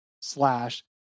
slash